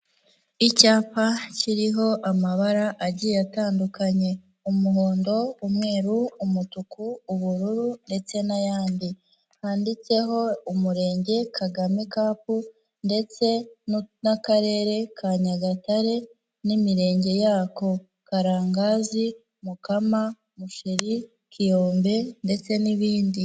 Icyapa kiriho amabara agiye atandukanye, umuhondo, umweru, umutuku, ubururu ndetse n'ayandi, handitseho Umurenge Kagame Cup ndetse n'akarere ka Nyagatare n'imirenge yako; Karangazi, Mukama, Musheri, Kiyombe ndetse n'ibindi.